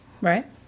Right